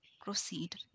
proceed